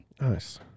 Nice